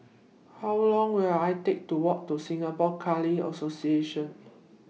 How Long Will IT Take to Walk to Singapore Khalsa Association